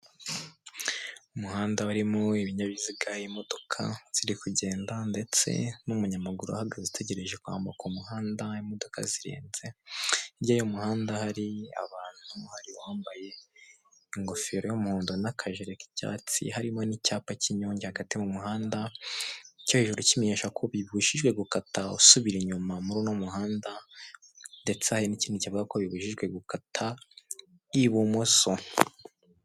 Umuhanda warimo ibinyabiziga imodoka ziri kugenda, ndetse n'umunyamaguru uhagaze utegereje kwambuka umuhanda imodoka zirenze, hirya y'umuhanda hari abantu hari uwambaye ingofero y'umuhondo n'akajire k'icyatsi, harimo n'icyapa cy'inyuge hagati mu muhanda, icyo hejuru kimenyesha ko bibujijwe gukata usubira inyuma muri uno muhanda, ndetse hari n'ikindi kivuga ko bibujijwe gukata ibumoso.